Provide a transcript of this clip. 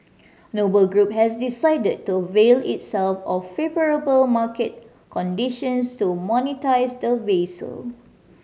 Noble Group has decided to avail itself of favourable market conditions to monetise the vessel